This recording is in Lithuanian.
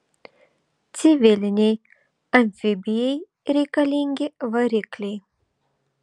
civilinei amfibijai reikalingi varikliai